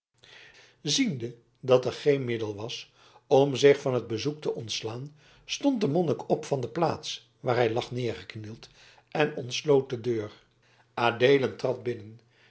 ziende dat er geen middel was om zich van het bezoek te ontslaan stond de monnik op van de plaats waar hij lag neergeknield en ontsloot de deur adeelen trad binnen